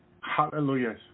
Hallelujah